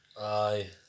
Aye